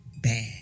bad